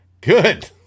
Good